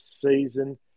season